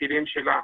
פקידים שלה,